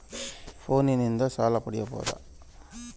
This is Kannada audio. ಫೋನಿನಿಂದ ಸಾಲ ಪಡೇಬೋದ?